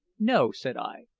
no, said i.